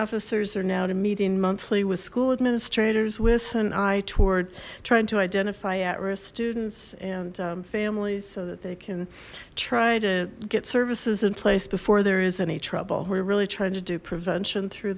officers are now to meeting monthly with school administrators with an eye toward trying to identify at risk students and families so that they can try to get services in place before there is any trouble we're really trying to do prevention through